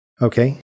Okay